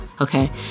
okay